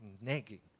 nagging